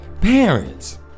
Parents